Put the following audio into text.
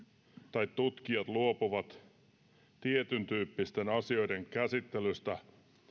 tai tutkijat luopuvat tietyntyyppisten asioiden käsittelystä